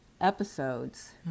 episodes